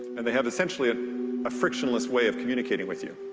and they have essentially a frictionless way of communicating with you.